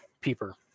peeper